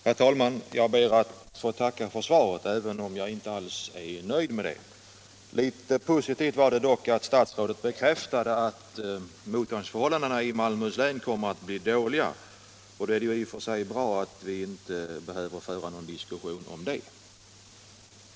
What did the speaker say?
Herr talman! Jag ber att få tacka för svaret, även om jag inte alls är nöjd med det. Bra var det dock att statsrådet bekräftade att mottagningsförhållandena i Malmöhus län kommer att bli dåliga. Det är ju i och för sig bra att vi inte behöver föra någon diskussion om det.